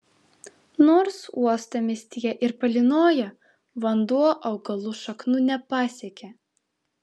nors uostamiestyje ir palynoja vanduo augalų šaknų nepasiekia